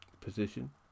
position